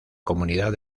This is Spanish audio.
comunidad